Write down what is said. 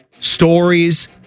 stories